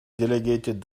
delegated